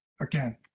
again